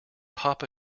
pop